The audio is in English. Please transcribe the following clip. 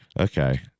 Okay